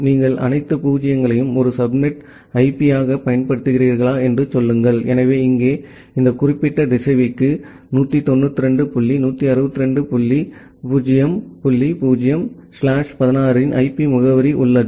நீங்கள் அனைத்து 0 களையும் ஒரு சப்நெட் ஐபியாகப் பயன்படுத்துகிறீர்களா என்று சொல்லுங்கள் எனவே இங்கே இந்த குறிப்பிட்ட திசைவிக்கு 192 டாட் 168 டாட் 0 0 ஸ்லாஷ் 16 இன் ஐபி முகவரி உள்ளது